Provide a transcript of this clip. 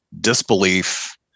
disbelief